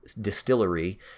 distillery